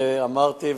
ואמרתי,